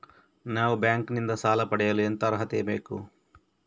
ನಾವು ಬ್ಯಾಂಕ್ ನಿಂದ ಸಾಲ ಪಡೆಯಲು ಎಂತ ಅರ್ಹತೆ ಬೇಕು?